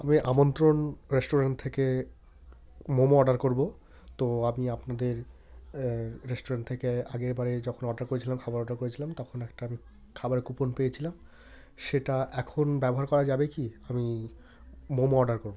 আমি আমন্ত্রণ রেস্টুরেন্ট থেকে মোমো অর্ডার করবো তো আমি আপনাদের রেস্টুরেন্ট থেকে আগের বারে যখন অর্ডার করেছিলাম খাবার অর্ডার করেছিলাম তখন একটা আমি খাবারে কুপন পেয়েছিলাম সেটা এখন ব্যবহার করা যাবে কি আমি মোমো অর্ডার করবো